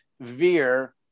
Veer